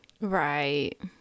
Right